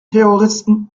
terroristen